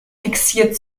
fixiert